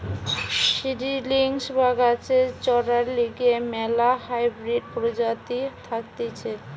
seedlings বা গাছের চরার লিগে ম্যালা হাইব্রিড প্রজাতি থাকতিছে